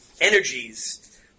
energies